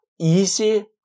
Easy